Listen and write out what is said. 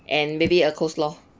and maybe a coleslaw